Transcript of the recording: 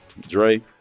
Dre